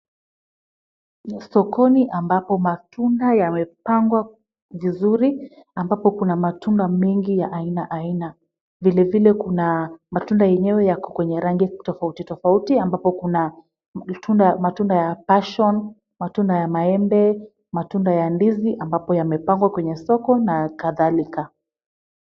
Sokoni ambapo matunda yamepangwa vizuri, ambapo kuna matunda mengi ya aina aina. Vile vile kuna matunda yenyewe yako kwenye rangi tofauti tofauti ambapo kuna matunda ya pasion ,matunda ya maembe, matunda ya ndizi, ambapo yamepangwa kwenye soko na kadhalika.